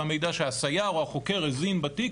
זה המידע שהסייר או החוקר הזין בתיק